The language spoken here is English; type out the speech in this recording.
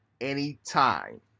anytime